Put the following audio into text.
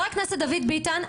--- חבר הכנסת דוד ביטן,